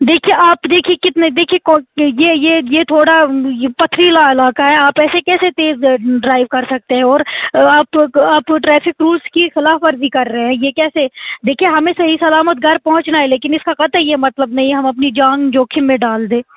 دیکھیئے آپ دیکھیئے کتنے دیکھیئے یہ یہ یہ تھوڑا پتھریلا علاقہ ہے آپ ایسے کیسے تیز ڈرائیو کر سکتے ہیں اور آپ ٹریفک رولز کی خلاف ورزی کر رہے ہیں یہ کیسے دیکھیئے ہمیں صحیح سلامت گھر پہنچنا ہے لیکن اس کا قطعی یہ مطلب نہیں ہے ہم اپنی جان جوکھم میں ڈال دیں